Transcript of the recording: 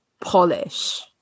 polish